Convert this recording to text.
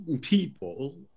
people